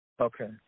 Okay